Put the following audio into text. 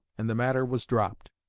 and the matter was dropped.